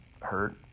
hurt